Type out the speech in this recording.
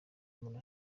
umuntu